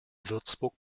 würzburg